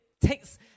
takes